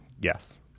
Yes